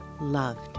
loved